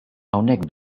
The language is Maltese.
hawnhekk